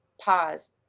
pause